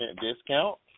discount